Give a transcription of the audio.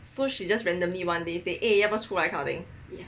so she just randomly one day say 要不要出来 kind of thing